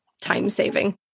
time-saving